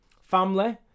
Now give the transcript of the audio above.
family